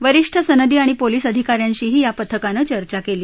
वरीष्ठ सनदी आणि पोलीस अधिकाऱ्यांशीही या पथकानं चर्चा केली